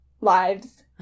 Lives